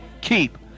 keep